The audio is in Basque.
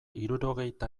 hirurogeita